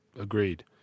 Agreed